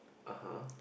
(uh huh)